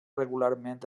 regularment